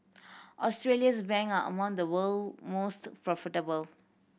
Australia's bank are among the world most profitable